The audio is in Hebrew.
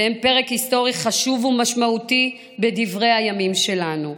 והם פרק היסטורי חשוב ומשמעותי בדברי הימים שלנו.